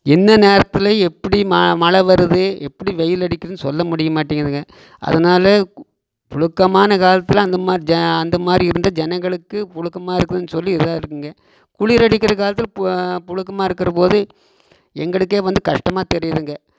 என்ன நேரத்தில் எப்படி மா மழை வருது எப்படி வெயில் அடிக்குதுனு சொல்லமுடியமாட்டிங்குதுங்க அதனால் புழுக்கமான காலத்தில் அந்தமாதிரி ஜ அந்தமாதிரி இருந்தால் ஜனங்களுக்கு புழுக்கமா இருக்குதுனு சொல்லி இதாயிருக்குங்க குளிர் அடிக்கிற காலத்தில் புழுக்கமாருக்குற போது எங்களுக்கே வந்து கஷ்டமாக தெரியிதுங்க